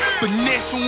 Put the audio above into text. finesse